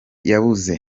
yabuze